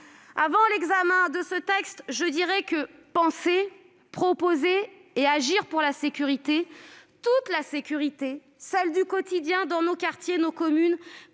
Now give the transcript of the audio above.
à l'examen de ce texte, je dirai que penser, proposer et agir pour la sécurité, pour toute la sécurité- tant celle du quotidien, dans nos quartiers et nos communes,